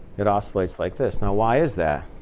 it oscillates like this. now why is that?